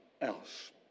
else